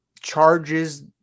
charges